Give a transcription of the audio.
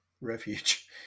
refuge